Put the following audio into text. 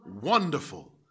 Wonderful